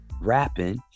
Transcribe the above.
rapping